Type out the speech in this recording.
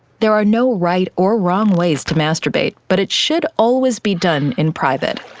there are no right or wrong ways to masturbate, but it should always be done in private.